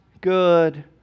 good